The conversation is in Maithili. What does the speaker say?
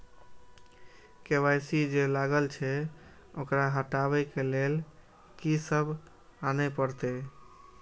के.वाई.सी जे लागल छै ओकरा हटाबै के लैल की सब आने परतै?